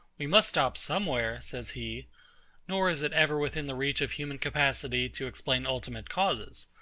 we must stop somewhere, says he nor is it ever within the reach of human capacity to explain ultimate causes,